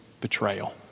betrayal